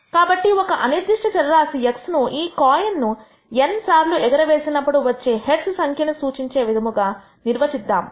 కాబట్టి ఒక అనిర్దిష్ట చర రాశి x ను ఈ కాయిన్ ను n సార్లు ఎగరవేసినప్పుడు వచ్చే హెడ్స్ సంఖ్యను సూచించే విధముగా నిర్వచిద్దాము